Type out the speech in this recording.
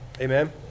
amen